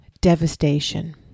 devastation